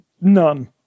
None